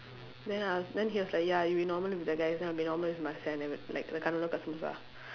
then I was then he was like ya you be normal with the guys then I'll be normal with marcia and like the kasamusa